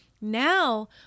Now